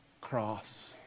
cross